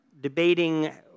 debating